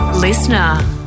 Listener